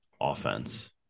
offense